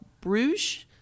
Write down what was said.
Bruges